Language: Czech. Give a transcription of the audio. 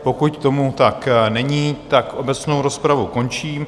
Pokud tomu tak není, tak obecnou rozpravu končím.